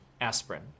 aspirin